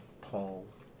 Paul's